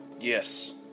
Yes